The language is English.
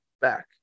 back